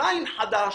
ליין חדש,